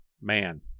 Man